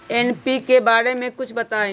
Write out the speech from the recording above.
NPK बारे म कुछ बताई?